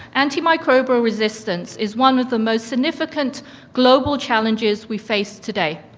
antimicrobial resistance is one of the most significant global challenges we face today.